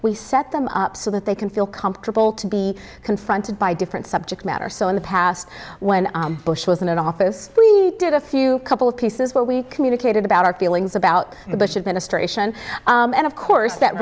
we set them up so that they can feel comfortable to be confronted by different subject matter so in the past when bush was in office we did a few couple of pieces where we communicated about our feelings about the bush administration and of course that